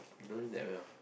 know him that well